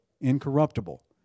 incorruptible